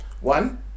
one